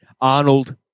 Arnold